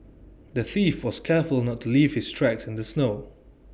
the thief was careful to not leave his tracks in the snow